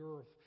earth